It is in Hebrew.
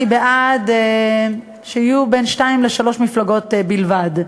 אני בעד שיהיו שתיים-שלוש מפלגות בלבד.